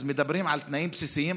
מדברים על תנאים בסיסיים,